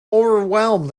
overwhelmed